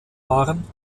waren